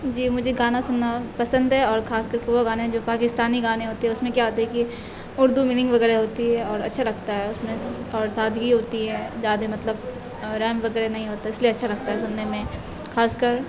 جی مجھے گانا سننا پسند ہے اور خاص کر کہ وہ گانے جو پاکستانی گانے ہوتے ہیں اس میں کیا ہوتے ہے کہ اردو میننگ وغیرہ ہوتی ہے اور اچھا لگتا ہے اس میں اور سادگی ہوتی ہے زیادہ مطلب ریم وغیرہ نہیں ہوتا اس لیے اچھا لگتا ہے سننے میں خاص کر